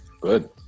Good